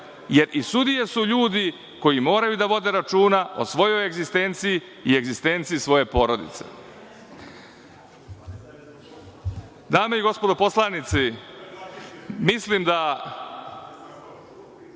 jer i sudije su ljudi koji moraju da vode računa o svojoj egzistenciji i egzistenciji svoje porodice. Dame i gospodo poslanici, mislim da